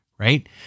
Right